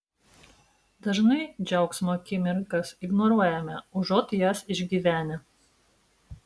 dažnai džiaugsmo akimirkas ignoruojame užuot jas išgyvenę